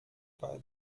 bei